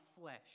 flesh